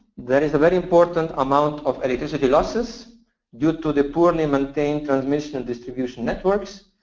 there is a very important amount of electricity losses due to the poorly maintained transmission and distribution networks,